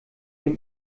dem